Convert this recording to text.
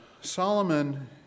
Solomon